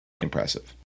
Impressive